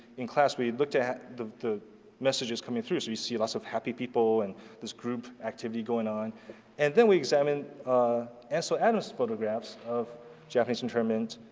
in class we looked at the messages coming through so you see lots of happy people and this group activity going on and then we examined ah ansel ah adams' photographs of japanese internment.